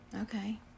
Okay